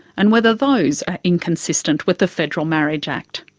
and whether those are inconsistent with the federal marriage act.